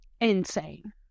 insane